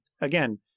again